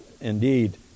indeed